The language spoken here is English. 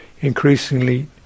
increasingly